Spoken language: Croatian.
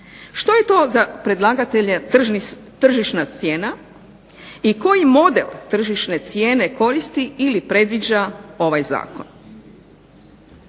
što je to za predlagatelje tržišna cijena i koji model tržišne cijene koristi ili predviđa ovaj zakon.